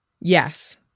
Yes